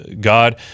God